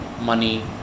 money